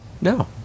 No